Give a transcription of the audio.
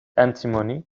antimony